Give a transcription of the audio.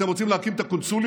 אתם רוצים להקים את הקונסוליה?